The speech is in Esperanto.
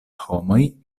homoj